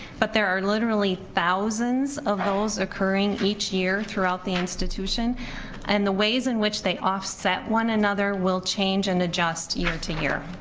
but there are literally thousands of those occurring each year, throughout the institution and the ways in which they offset one another will change and adjust year to year.